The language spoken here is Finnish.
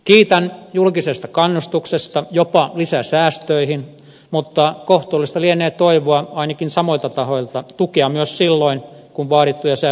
kiitän julkisesta kannustuksesta jopa lisäsäästöihin mutta kohtuullista lienee toivoa ainakin samoilta tahoilta tukea myös silloin kun vaadittuja säästöjä tehdään